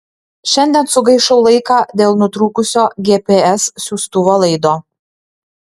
šiandien sugaišau laiką dėl nutrūkusio gps siųstuvo laido